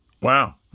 Wow